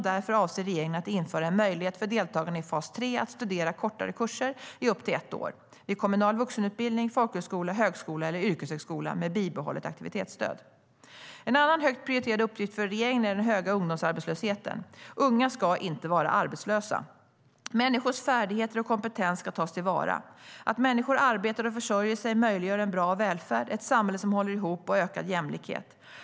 Därför avser regeringen att införa en möjlighet för deltagarna i fas 3 att studera kortare kurser, i upp till ett år, vid kommunal vuxenutbildning, folkhögskola, högskola eller yrkeshögskola med bibehållet aktivitetsstöd. En annan högt prioriterad uppgift för regeringen är den höga ungdomsarbetslösheten. Unga ska inte vara arbetslösa. Människors färdigheter och kompetens ska tas till vara. Att människor arbetar och försörjer sig möjliggör en bra välfärd, ett samhälle som håller ihop och ökad jämlikhet.